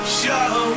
show